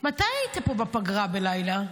מתי היית פה בפגרה בלילה?